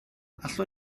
allwn